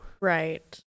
Right